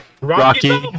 Rocky